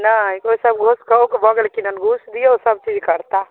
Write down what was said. नहि ओसब घूस खाकऽ भऽ गेलखिन हन घूस दिऔ सब चीज करताह